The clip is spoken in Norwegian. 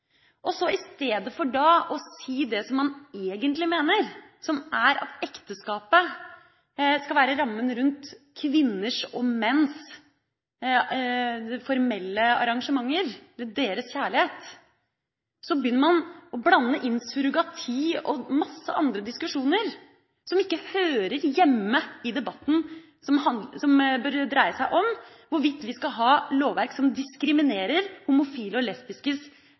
å si det man egentlig mener, som er at ekteskapet skal være rammen rundt kvinners og menns formelle arrangementer – deres kjærlighet – begynner man å blande inn surrogati og masse andre diskusjoner som ikke hører hjemme i debatten, som bør dreie seg om hvorvidt vi skal ha lovverk som diskriminerer homofile og lesbiskes